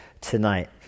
tonight